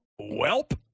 Welp